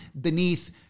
beneath